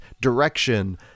direction